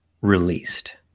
released